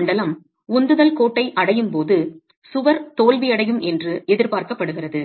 விரிசல் மண்டலம் உந்துதல் கோட்டை அடையும் போது சுவர் தோல்வியடையும் என்று எதிர்பார்க்கப்படுகிறது